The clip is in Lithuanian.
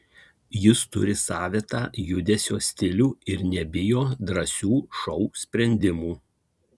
jis turi savitą judesio stilių ir nebijo drąsių šou sprendimų